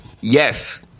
Yes